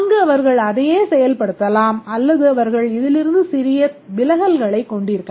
அங்கு அவர்கள் அதையே செயல்படுத்தலாம் அல்லது அவர்கள் இதிலிருந்து சிறிய விலகல்களைக் கொண்டிருக்கலாம்